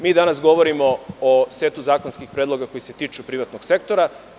Mi danas govorimo o setu zakonskih predloga koji se tiču privatnog sektora.